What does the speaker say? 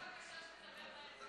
זו הייתה בקשה שתדבר מהר.